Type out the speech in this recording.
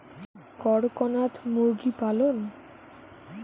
করকনাথ মুরগি পালন?